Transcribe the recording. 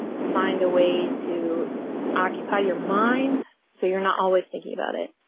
find a way to occupy your mind. so you're not always thinking about it.